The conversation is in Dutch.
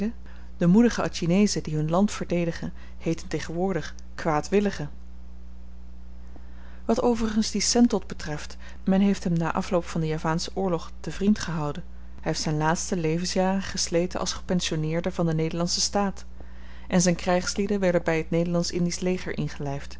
de moedige atjineezen die hun land verdedigen heetten tegenwoordig kwaadwilligen wat overigens die sentot betreft men heeft hem na afloop van den javaschen oorlog te vriend gehouden hy heeft z'n laatste levensjaren gesleten als gepensionneerde van den nederlandschen staat en z'n krygslieden werden by t ned ind leger